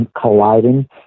colliding